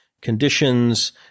conditions